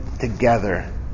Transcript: Together